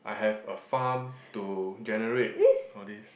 I have a farm to generate all these